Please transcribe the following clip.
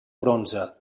bronze